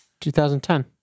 2010